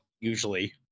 usually